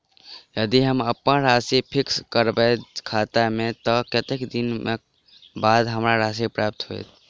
यदि हम अप्पन राशि फिक्स करबै खाता मे तऽ कत्तेक दिनक बाद हमरा राशि प्राप्त होइत?